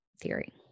theory